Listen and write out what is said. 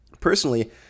personally